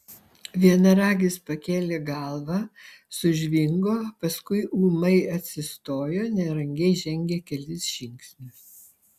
vienaragis pakėlė galvą sužvingo paskui ūmai atsistojo nerangiai žengė kelis žingsnius